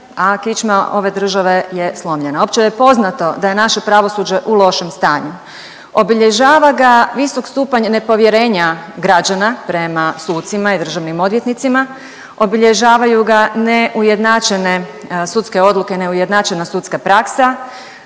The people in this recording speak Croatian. a kičma ove države je slomljena. Opće je poznato da je naše pravosuđe u lošem stanju, obilježava ga visok stupanj nepovjerenja građana prema sucima i državnim odvjetnicima, obilježavaju ga neujednačene sudske odluke, neujednačena sudska praksa,